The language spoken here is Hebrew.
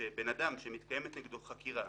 שאדם שמתקיימת נגדו חקירה,